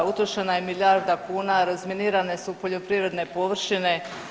Utrošena je milijarda kuna, razminirane su poljoprivredne površine.